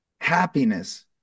happiness